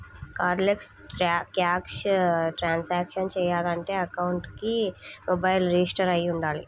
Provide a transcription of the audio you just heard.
cardless cash transactions చెయ్యాలంటే అకౌంట్కి mobile register అయ్యి వుండాలి